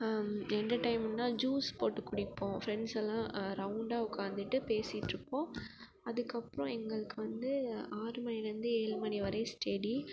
எண்டெர்டைன்மெண்ட்னால் juice போட்டு குடிப்போம் ஃப்ரெண்ட்ஸெல்லாம் ரௌண்டாக உட்காந்துட்டு பேசிட்டுருப்போம் அதுக்கப்புறம் எங்களுக்கு வந்து ஆறு மணிலேருந்து ஏழு மணி வரையும் ஸ்டெடி